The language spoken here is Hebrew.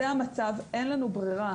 זה המצב, אין לנו ברירה.